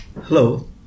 Hello